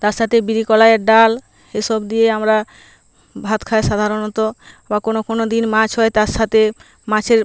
তার সাতে বিড়ি কলাইয়ের ডাল এসব দিয়ে আমরা ভাত খাই সাধারণত বা কোনো কোনো দিন মাছ হয় তার সাথে মাছের